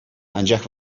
анчах